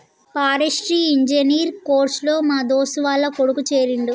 forestry engineer course లో మా దోస్తు వాళ్ల కొడుకు చేరిండు